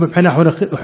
גם מבחינה חינוכית,